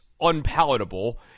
unpalatable